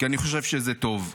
כי אני חושב שזה טוב.